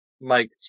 Mike